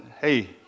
hey